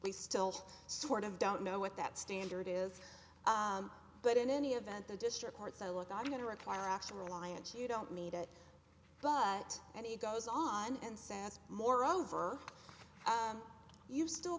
we still sort of don't know what that standard is but in any event the district court so look i'm going to require actual reliance you don't need it but and he goes on and says moreover you still